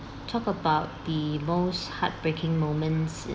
talk about the most heartbreaking moments